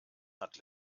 hat